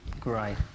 Great